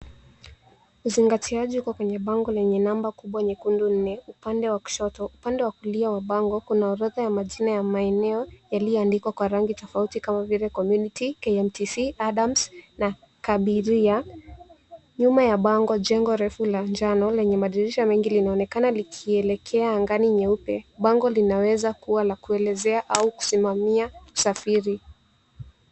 Uzingatiaji uko kwenye bango lenye namba kubwa nyekundu nne upande wa kushoto. Upande wa kulia wa bango, kuna orodha ya majina ya maeneo yaliyoandikwa kwa rangi tofauti kama vile Community, KMTC, Adams na Kabiria. Nyuma ya bango jengo refu la njano lenye madirisha mengi linaonekana likielekea angani nyeupe. Bango linaweza kuwa la kuelezea au kusimamia usafiri.